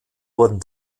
wurden